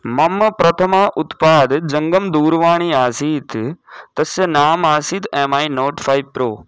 मम प्रथम उत्पादः जङ्गमदूरवाणी आसीत् तस्य नाम आसीत् M I note five pro